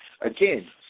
again